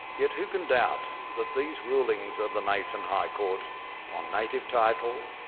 yet who can doubt that these rulings of the mason high court on native title,